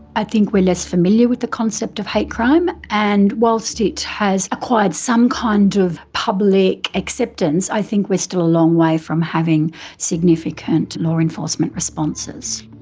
i think we're less familiar with the concept of hate crime and whilst it has acquired some kind of public acceptance, i think we're still a long way from having significant law enforcement responses.